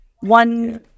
one